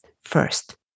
First